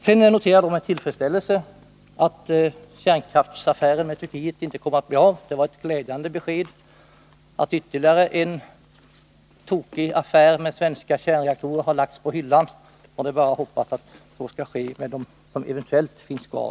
Sedan noterar jag med tillfredsställelse att kärnkraftsaffären med Turkiet inte kommer att bli av. Det var ett glädjande besked att ytterligare en tokig affär med svenska kärnkraftsreaktorer har lagts på hyllan. Det är bara att hoppas att så skall ske även med dem som eventuellt finns kvar.